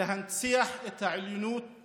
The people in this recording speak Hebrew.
להנציח את העליונות